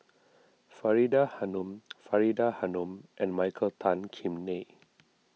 Faridah Hanum Faridah Hanum and Michael Tan Kim Nei